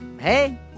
hey